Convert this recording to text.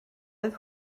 oedd